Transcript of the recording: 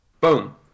boom